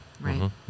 Right